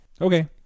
Okay